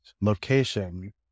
location